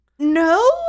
No